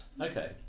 Okay